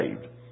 saved